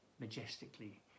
majestically